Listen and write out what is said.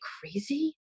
crazy